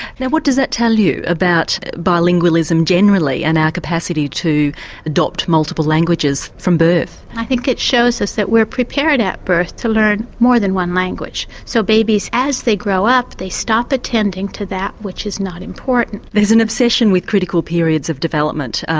now what does that tell you about bilingualism generally and our capacity to adopt multiple languages from birth? i think it shows us that we are prepared at birth to learn more than one language. so babies as they grow up they stop attending to that which is not important. there's an obsession with critical periods of development,